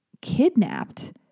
kidnapped